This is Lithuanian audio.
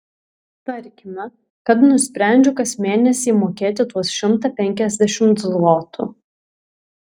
tarkime kad nusprendžiu kas mėnesį įmokėti tuos šimtą penkiasdešimt zlotų